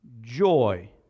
joy